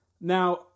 Now